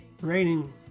raining